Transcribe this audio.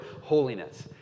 holiness